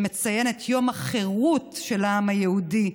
שמציין את יום החירות של העם היהודי.